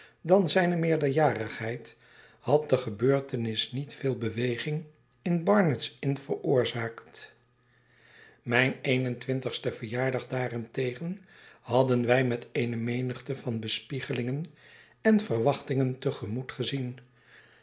dan zijne meerderjarigheid had de gebeurtenis niet veel beweging in barnard's inn veroorzaakt mijn een en twintigsten verjaardag daarentegen hadden wij met eene menigte van bespiegelingen en verwachtingen te gemoet gezien